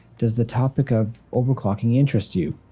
does the topic of overclocking interest you?